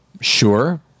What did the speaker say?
Sure